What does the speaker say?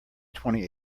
twenty